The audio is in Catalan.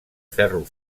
ferro